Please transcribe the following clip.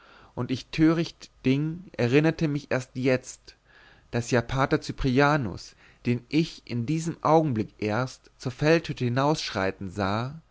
und ich törigt ding erinnerte mich jetzt erst daß ja pater cyprianus den ich in diesem augenblick erst zur feldhütte hinausschreiten sah